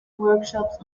workshops